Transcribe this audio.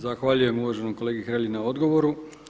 Zahvaljujem uvaženom kolegi Hrelji na odgovoru.